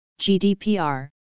GDPR